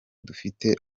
dufite